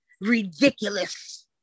ridiculous